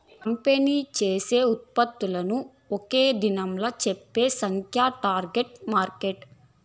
company చేసే ఉత్పత్తులను ఒక్క దినంలా చెప్పే సంఖ్యే టార్గెట్ మార్కెట్